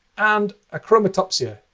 and ah achromatopsia,